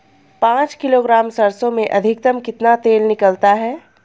पाँच किलोग्राम सरसों में अधिकतम कितना तेल निकलता है?